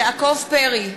יעקב פרי,